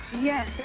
Yes